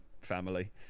family